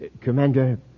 Commander